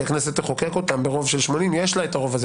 הכנסת תחוקק אותם ברוב של 80 ויש לה את הרוב הזה.